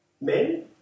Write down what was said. Men